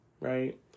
right